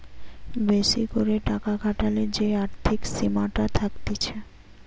বেশি করে টাকা খাটালে যে আর্থিক সীমাটা থাকতিছে